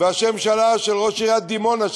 והשם שעלה של ראש עיריית דימונה,